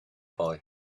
boy